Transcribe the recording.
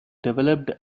developed